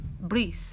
breathe